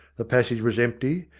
the passage was empty,